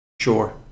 Sure